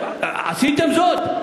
עשיתם זאת?